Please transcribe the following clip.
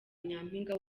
nyampinga